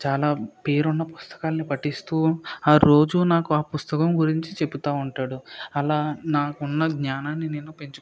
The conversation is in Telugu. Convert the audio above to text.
చాలా పేరున్న పుస్తకాల్ని పఠిస్తూ ఆ రోజు నాకు ఆ పుస్తకం గురించి చెపుతా ఉంటాడు అలా నాకున్న జ్ఞానాన్ని నేను పెంచుకుంటునాను